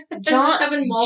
John